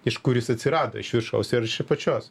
iš kur jis atsirado iš viršaus ar iš apačios